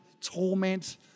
torment